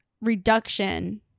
reduction